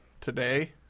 today